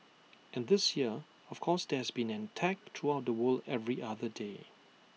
and this year of course there has been an attack throughout the world every other day